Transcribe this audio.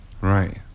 Right